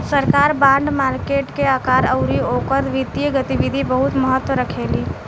सरकार bond market के आकार अउरी ओकर वित्तीय गतिविधि बहुत महत्व रखेली